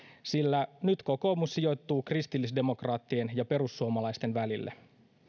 sillä nyt kokoomus sijoittuu kristillisdemokraattien ja perussuomalaisten välille